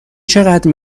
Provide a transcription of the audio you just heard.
چقدر